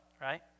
right